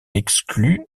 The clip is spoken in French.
exclus